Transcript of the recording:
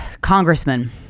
congressman